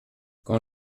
quand